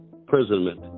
imprisonment